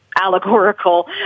allegorical